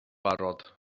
barod